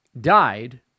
died